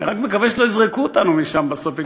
אני רק מקווה שלא יזרקו אותנו משם בסוף.